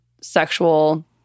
sexual